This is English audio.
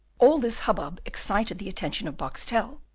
all this hubbub excited the attention of boxtel,